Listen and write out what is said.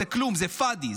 זה כלום, זה פאדי.